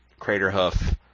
Craterhoof